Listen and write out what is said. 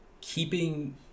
keeping